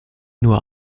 nur